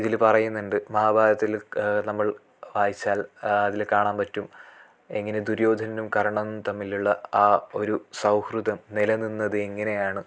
ഇതിൽ പറയുന്നുണ്ട് മഹാഭാരതത്തിൽ നമ്മൾ വായിച്ചാൽ അതിൽ കാണാൻ പറ്റും എങ്ങനെ ദുര്യോധനനും കർണ്ണനും തമ്മിലുള്ള ആ ഒരു സൗഹൃദം നില നിന്നതെങ്ങനെയാണ്